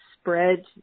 spread